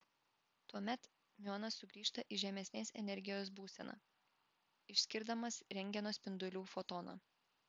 tuomet miuonas sugrįžta į žemesnės energijos būseną išskirdamas rentgeno spindulių fotoną